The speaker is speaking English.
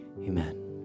Amen